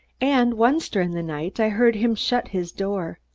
and once during the night, i heard him shut his door.